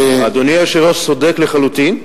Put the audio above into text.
אדוני היושב-ראש צודק לחלוטין,